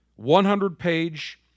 100-page